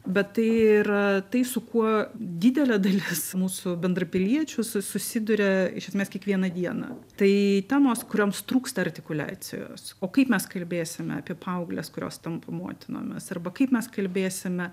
bet tai yra tai su kuo didelė dalis mūsų bendrapiliečių su susiduria iš esmės kiekvieną dieną tai temos kurioms trūksta artikuliacijos o kaip mes kalbėsime apie paaugles kurios tampa motinomis arba kaip mes kalbėsime